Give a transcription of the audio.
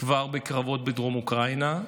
כבר בקרבות בדרום אוקראינה,